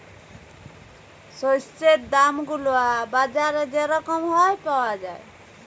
শস্যের দাম গুলা বাজারে যে রকম হ্যয় পাউয়া যায়